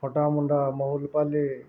ଖଟାମଣ୍ଡା ମହୁଲ ପାଲି